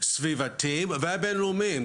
סביבתיים ובינלאומיים,